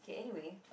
K anyway